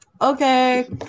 Okay